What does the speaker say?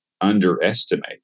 underestimate